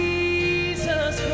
Jesus